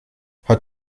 hat